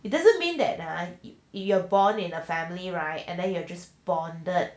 it doesn't mean that if you are born in a family right and then you are just bonded